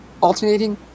alternating